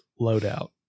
loadout